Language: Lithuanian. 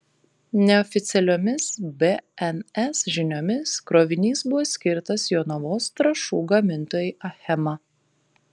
neoficialiomis bns žiniomis krovinys buvo skirtas jonavos trąšų gamintojai achema